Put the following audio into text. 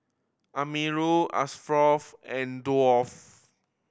Amirul Ashraf and